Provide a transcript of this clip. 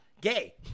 gay